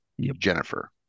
Jennifer